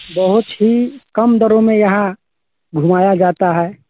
बहुत ही कम दरों में यहाँ घुमाया जाता है